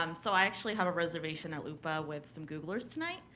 um so, i actually have a reservation at lupa with some googlers tonight.